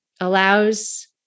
allows